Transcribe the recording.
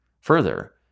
Further